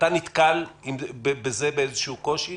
אתה נתקל בזה באיזשהו קושי?